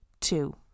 two